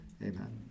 Amen